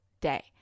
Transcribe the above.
day